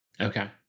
Okay